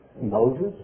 Moses